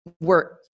work